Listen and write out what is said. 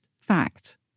fact